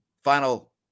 Final